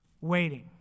waiting